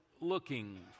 looking